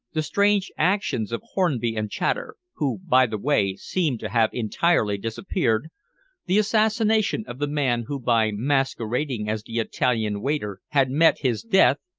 the strange actions of hornby and chater who, by the way, seemed to have entirely disappeared the assassination of the man who by masquerading as the italian waiter had met his death,